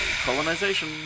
colonization